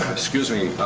excuse me,